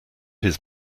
his